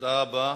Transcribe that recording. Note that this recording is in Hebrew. תודה רבה.